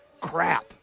Crap